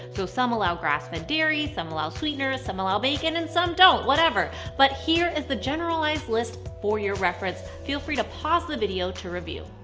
so some allow grass-fed dairy, some allow sweeteners, some allow bacon, and some don't. whatever. but here is the generalized list for your reference. feel free to pause the video to review.